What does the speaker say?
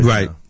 Right